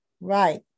Right